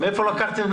מאיפה לקחתם?